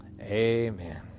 Amen